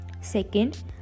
Second